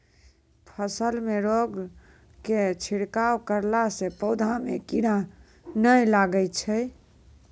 फसल मे रोगऽर के छिड़काव करला से पौधा मे कीड़ा नैय लागै छै?